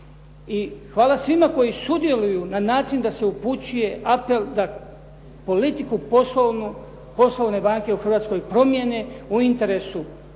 hvala svima koji sudjeluju na način da se upućuje apel da politiku poslovnu banke u Hrvatskoj promijene u interesu hrvatskog